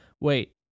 wait